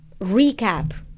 recap